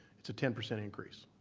it's a ten percent increase?